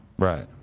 Right